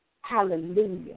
Hallelujah